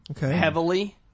heavily